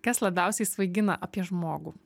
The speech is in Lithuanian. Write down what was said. kas labiausiai svaigina apie žmogų